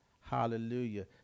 hallelujah